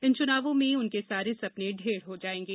इन चुनावों में उनके सारे सपने ढेर हो जायेंगे